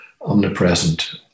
omnipresent